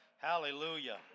Hallelujah